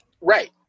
Right